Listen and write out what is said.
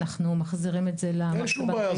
אנחנו מחזירים את זה --- אין שום בעיה.